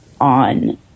on